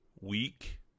week